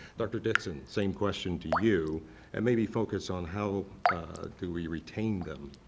dr dixon, same question to you and maybe focus on how do we retain them?